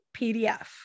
PDF